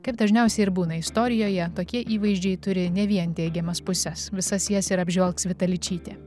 kaip dažniausiai ir būna istorijoje tokie įvaizdžiai turi ne vien teigiamas puses visas jas ir apžvelgs vita ličytė